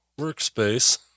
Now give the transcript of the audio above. workspace